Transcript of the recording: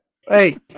Hey